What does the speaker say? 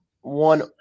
one